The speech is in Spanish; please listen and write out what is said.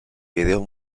vídeos